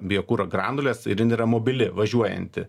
biokuro granules ir jin yra mobili važiuojanti